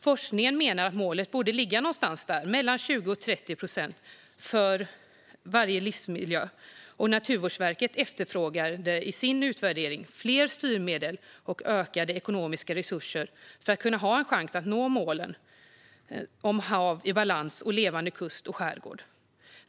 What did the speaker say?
Forskningen menar att målet borde ligga någonstans där, mellan 20 och 30 procent, för varje livsmiljö. Naturvårdsverket efterfrågade i sin utvärdering fler styrmedel och ökade ekonomiska resurser för att kunna ha en chans att nå målen om hav i balans och levande kust och skärgård.